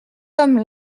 homme